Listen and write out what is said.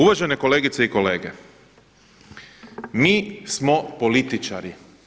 Uvažene kolegice i kolege, mi smo političari.